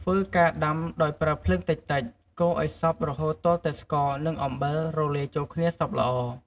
ធ្វើការដាំដោយប្រើភ្លើងតិចៗ កូរឲ្យសព្វរហូតទាល់តែស្ករ និងអំបិលរលាយចូលគ្នាសព្វល្អ។